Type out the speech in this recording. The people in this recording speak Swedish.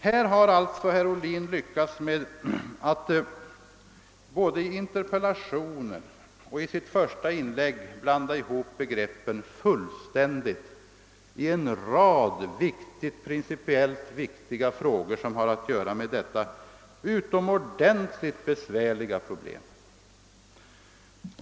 Herr Ohlin har alltså lyckats med att både i interpellationen och i sitt första inlägg fullständigt blanda ihop begreppen i en rad principiellt viktiga frågor som hänger samman med detta utomordentligt svåra problem.